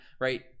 right